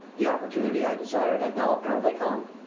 the opportunity i desired had now apparently come.